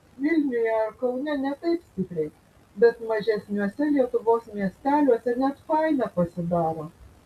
vilniuje ar kaune ne taip stipriai bet mažesniuose lietuvos miesteliuose net faina pasidaro